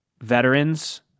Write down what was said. veterans